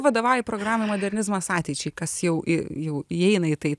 vadovauji programai modernizmas ateičiai kas jau i jau įeina į tai